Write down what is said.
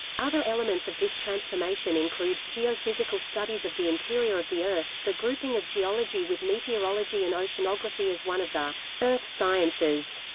other elements of this transformation include geophysical studies of the interior of the earth, the grouping of geology with meteorology and oceanography as one of the earth sciences,